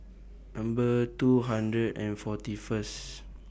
Number two hundred and forty First